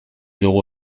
dugu